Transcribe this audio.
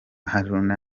haruna